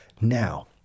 Now